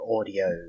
audio